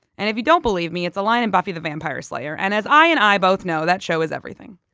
and if you don't believe me, it's a line in buffy the vampire slayer and as i and i both know, that show is everything.